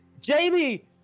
Jamie